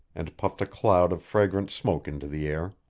and puffed a cloud of fragrant smoke into the air.